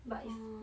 oh